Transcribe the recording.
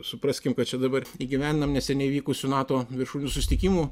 supraskim kad čia dabar įgyvendinam neseniai vykusių nato viršūnių susitikimų